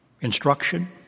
instruction